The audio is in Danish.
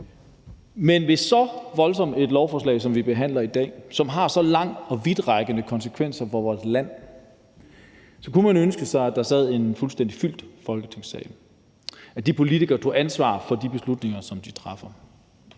Men ved et så voldsomt lovforslag, som vi behandler i dag, og som har så store og vidtrækkende konsekvenser for vores land, kunne man ønske sig, at det var en fuldstændig fyldt folketingssal, og at politikerne tog ansvar for de beslutninger, som de træffer.